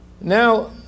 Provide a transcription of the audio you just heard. Now